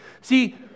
See